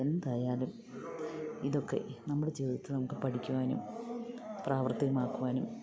എന്തായാലും ഇതൊക്കെ നമ്മുടെ ജീവിതത്തില് നമുക്ക് പഠിക്കുവാനും പ്രാവർത്തികമാക്കുവാനും